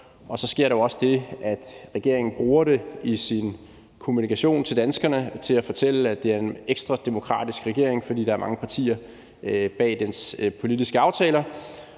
Så sker der jo også det, at regeringen bruger det i sin kommunikation til danskerne til at fortælle, at det er en ekstra demokratisk regering, fordi der er mange partier bag dens politiske aftaler,